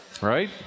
Right